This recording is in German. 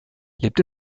lebt